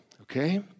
okay